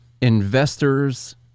investors